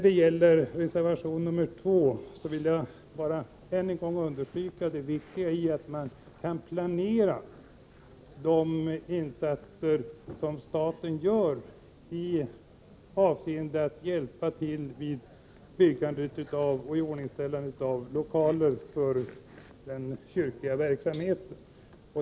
Beträffande reservation 2 vill jag än en gång understryka det viktiga i att man kan planera de insatser som staten gör för att hjälpa till vid byggande och iordningställande av lokaler för den kyrkliga verksamheten.